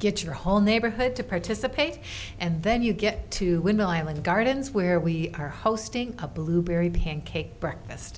get your whole neighborhood to participate and then you get to win the iowa gardens where we are hosting a blueberry pancakes breakfast